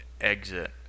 exit